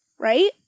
Right